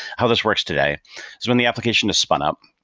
how this works today is when the application has spun up,